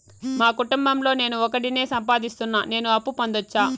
మా కుటుంబం లో నేను ఒకడినే సంపాదిస్తున్నా నేను అప్పు పొందొచ్చా